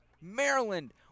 Maryland